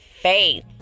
faith